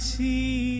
see